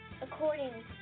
according